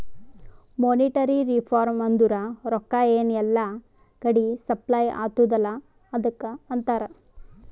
monetary reform ಅಂದುರ್ ರೊಕ್ಕಾ ಎನ್ ಎಲ್ಲಾ ಕಡಿ ಸಪ್ಲೈ ಅತ್ತುದ್ ಅಲ್ಲಾ ಅದುಕ್ಕ ಅಂತಾರ್